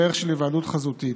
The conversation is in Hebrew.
בדרך של היוועדות חזותית.